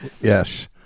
Yes